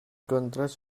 contrast